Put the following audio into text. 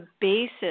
basis